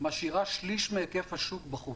משאירה שליש מהיקף השוק בחוץ.